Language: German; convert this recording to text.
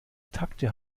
takte